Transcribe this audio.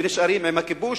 ונשארים עם הכיבוש,